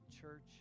Church